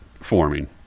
forming